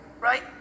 right